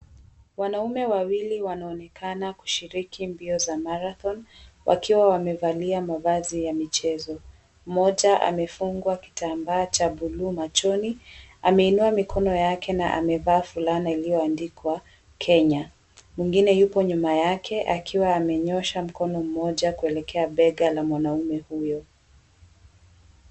Wanaume wawili wanaonekana kushiriki mbio za marathon wakiwa wamevaa mavazi ya michezo. Mmoja amefungwa kitambaa cha buluu machoni, ameinua mikono yake na amevaa fulana iliyoandikwa Kenya. Mwingine yupo nyuma yake akiwa amenyoosha mkono mmoja kuelekea bega la mwanaume huyo.